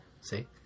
See